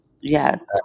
Yes